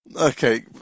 Okay